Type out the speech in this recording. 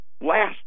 last